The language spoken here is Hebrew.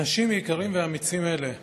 אנשים יקרים ואמיצים אלה,